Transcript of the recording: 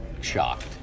shocked